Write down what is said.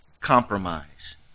compromise